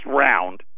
round